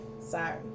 Sorry